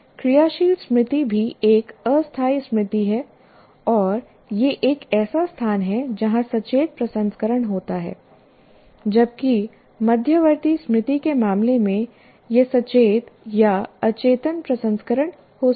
क्रियाशील स्मृति भी एक अस्थायी स्मृति है और यह एक ऐसा स्थान है जहां सचेत प्रसंस्करण होता है जबकि मध्यवर्ती स्मृति के मामले में यह सचेत या अचेतन प्रसंस्करण हो सकता है